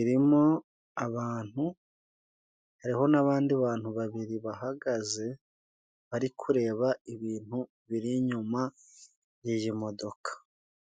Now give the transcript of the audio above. irimo abantu, hariho n'abandi bantu babiri bahagaze bari kureba ibintu biri inyuma y'iyi modoka.